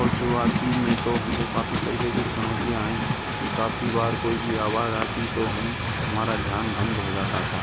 और शुरुआती में तो हमको काफ़ी तरीके की चुनौतियाँ आईं कि काफ़ी बार कोई भी आवाज आती तो हम हमारा ध्यान भंग हो जाता था